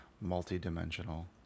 multi-dimensional